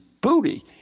Booty